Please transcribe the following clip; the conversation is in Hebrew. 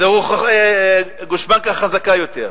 זו גושפנקה חזקה יותר.